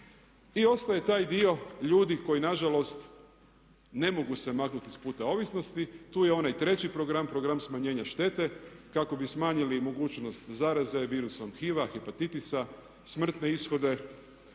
I ostaje taj dio ljudi koji na žalost ne mogu se maknuti iz puta ovisnosti. Tu je onaj treći program, program smanjenja štete kako bi smanjili i mogućnost zaraze virusom HIV-a, hepatitisa, smrtne ishode